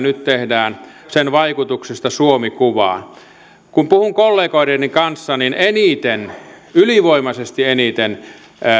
nyt tehdään vaikutuksista suomi kuvaan kun puhun kollegoideni kanssa niin eniten ylivoimaisesti eniten